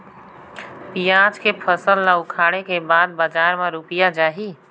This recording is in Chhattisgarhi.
पियाज के फसल ला उखाड़े के बाद बजार मा रुपिया जाही?